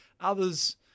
Others